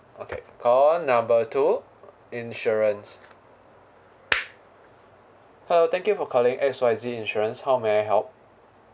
okay call number two insurance hello thank you for calling X Y Z insurance how may I help